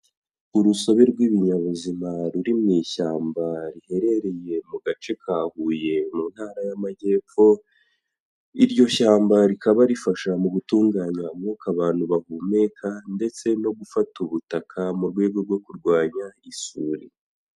Urusobe rw'ibinyabuzima ruri mu ishyamba riherereye mu gace ka Huye mu ntara y'Amajyepfo, iryo shyamba rikaba rifasha mu gutunganya umwuka abantu bahumeka ndetse no gufata ubutaka mu rwego rwo kurwanya isuri.